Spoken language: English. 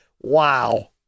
Wow